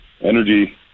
energy